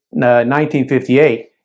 1958